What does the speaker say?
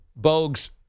Bogues